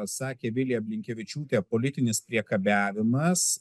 pasakė vilija blinkevičiūtė politinis priekabiavimas